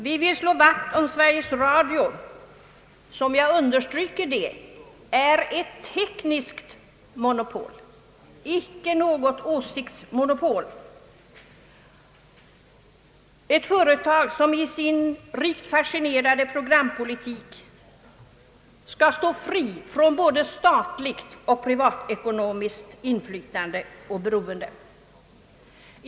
Vi vill slå vakt om Sveriges Radio, som — jag understryker det — är ett tekniskt monopol, icke något åsiktsmonopol, ett företag som i sin rikt fasetterade programpolitik skall stå fritt från både statligt och privatekonomiskt inflytande och beroende.